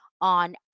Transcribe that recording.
on